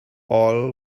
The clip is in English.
all